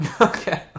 Okay